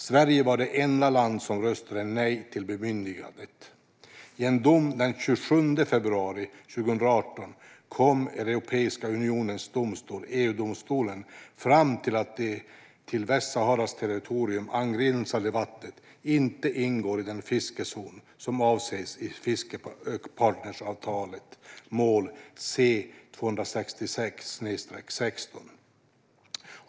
Sverige var det enda land som röstade nej till bemyndigandet. I en dom den 27 februari 2018 kom Europeiska unionens domstol, EU-domstolen, fram till att de till Västsaharas territorium angränsande vattnen inte ingår i den fiskezon som avses i fiskepartnersavtalet - mål C-266/16.